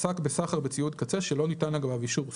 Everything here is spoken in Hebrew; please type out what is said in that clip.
"(3)עסק בסחר בציוד קצה שלא ניתן לגביו אישור סוג,